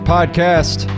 Podcast